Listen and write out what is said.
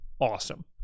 awesome